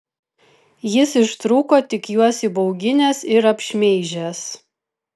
jis ištrūko tik juos įbauginęs ir apšmeižęs